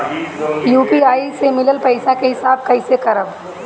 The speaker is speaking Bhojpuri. यू.पी.आई से मिलल पईसा के हिसाब कइसे करब?